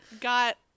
got